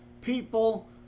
people